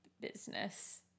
business